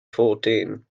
fourteen